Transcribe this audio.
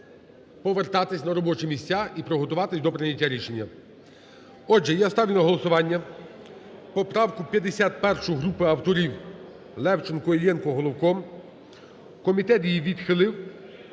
повертатися на робочі місця і приготуватися до прийняття рішення. Отже, я ставлю на голосування поправку 51 групи авторів Левченко, Іллєнко, Головко. Комітет її відхилив,